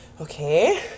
okay